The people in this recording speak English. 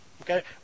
Okay